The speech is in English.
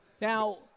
Now